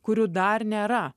kurių dar nėra